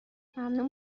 ممنون